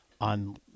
on